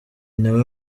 nawe